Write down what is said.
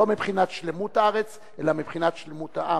לא מבחינת שלמות הארץ אלא מבחינת שלמות העם.